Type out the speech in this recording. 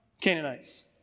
Canaanites